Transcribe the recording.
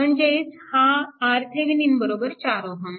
म्हणजेच हा RThevenin 4 Ω